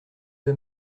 vas